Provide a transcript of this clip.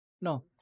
no